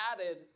added